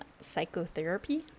psychotherapy